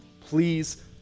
Please